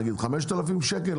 נניח, 5,000 שקל?